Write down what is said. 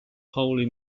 wholly